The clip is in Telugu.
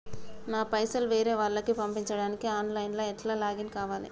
నా పైసల్ వేరే వాళ్లకి పంపడానికి ఆన్ లైన్ లా ఎట్ల లాగిన్ కావాలి?